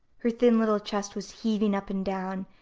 her thin little chest was heaving up and down,